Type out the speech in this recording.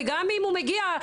וגם אם הוא מגיע,